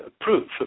proof